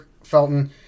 Felton